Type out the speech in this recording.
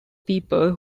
people